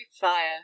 fire